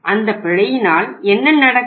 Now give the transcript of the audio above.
அந்த பிழையினால் என்ன நடக்கும்